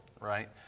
right